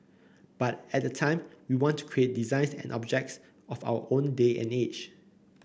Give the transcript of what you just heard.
but at the time we want to create designs and objects of our own day and age